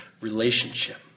relationship